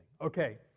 Okay